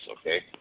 Okay